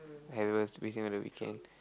I was busy on the weekend